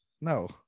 No